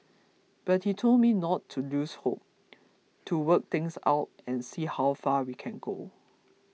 but he told me not to lose hope to work things out and see how far we can go